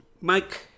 Mike